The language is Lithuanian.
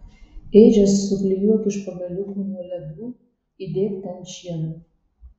ėdžias suklijuok iš pagaliukų nuo ledų įdėk ten šieno